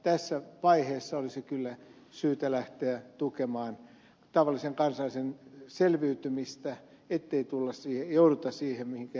tässä vaiheessa olisi kyllä syytä lähteä tukemaan tavallisen kansalaisen selviytymistä ettei jouduta siihen mihinkä ed